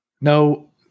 No